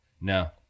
No